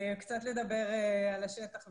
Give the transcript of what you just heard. קצת לדבר על השטח,